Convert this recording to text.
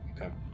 Okay